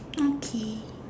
okay